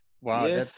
Wow